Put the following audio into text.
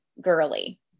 girly